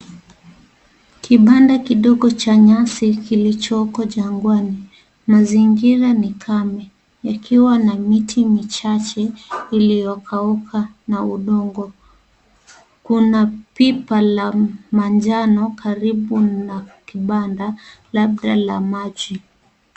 Kibanda kidogo cha nyasi kilichoko jangwani. Mazingira ni kame, yakiwa na miti michache iliyokauka na udongo. Kuna pipa la manjano karibu na kibanda, labda la maji.